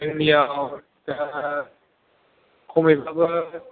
जोंनियाव दा खमैबाबो